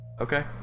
Okay